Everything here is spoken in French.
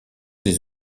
des